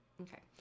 Okay